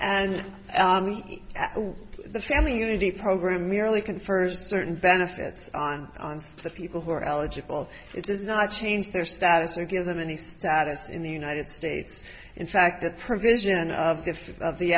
and the family unity program merely confers certain benefits on the people who are eligible it does not change their status or give them any status in the united states in fact that provision of the